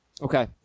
Okay